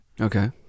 Okay